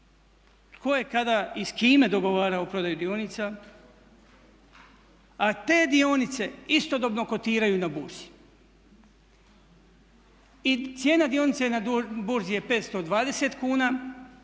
Tko je kada i s kime dogovarao prodaju dionica a te dionice istodobno kotiraju na burzi. I cijena dionice na burzi je 520 kuna